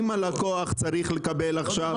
זה דווקא הפוך.